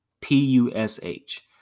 P-U-S-H